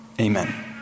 amen